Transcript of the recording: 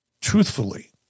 truthfully